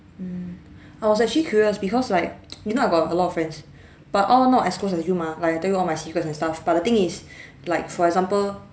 mm I was actually curious because like you know I got a lot of friends but all not as close as you mah like I tell you all my secrets and stuff but the thing is like for example